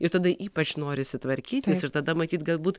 ir tada ypač norisi tvarkytis ir tada matyt galbūt